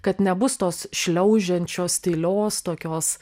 kad nebus tos šliaužiančios tylios tokios